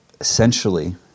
essentially